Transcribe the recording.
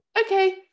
Okay